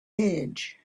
edge